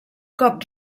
cop